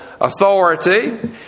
authority